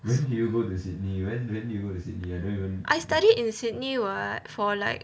I studied in sydney [what] for like